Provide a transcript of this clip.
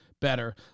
better